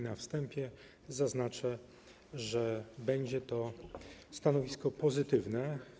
Na wstępie zaznaczę, że będzie to stanowisko pozytywne.